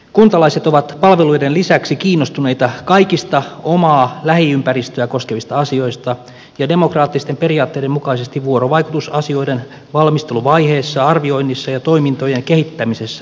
kuntalaiset ovat palveluiden lisäksi kiinnostuneita kaikista omaa lähiympäristöä koskevista asioista ja demokraattisten periaatteiden mukaisesti vuorovaikutus asioiden valmisteluvaiheessa arvioinnissa ja toimintojen kehittämisessä on tärkeää